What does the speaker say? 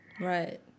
right